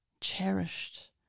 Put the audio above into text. Cherished